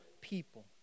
people